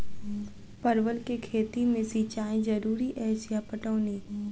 परवल केँ खेती मे सिंचाई जरूरी अछि या पटौनी?